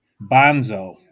Bonzo